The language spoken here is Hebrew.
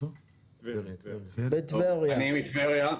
אני מטבריה.